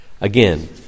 Again